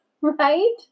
right